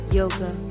yoga